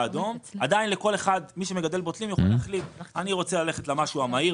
מי שמגדל בוטנים יכול להחליט שהוא רוצה ללכת למשהו מהיר,